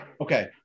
okay